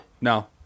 No